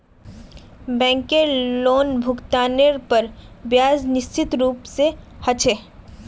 बैंकेर लोनभुगतानेर पर ब्याज निश्चित रूप से ह छे